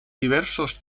diversos